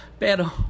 Pero